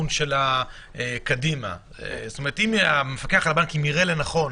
זאת אומרת, אם המפקח על הבנקים יראה לנכון